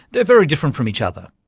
they're very different from each other.